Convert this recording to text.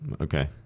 Okay